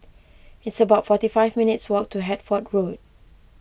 it's about forty five minutes' walk to Hertford Road